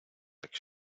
так